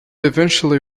eventually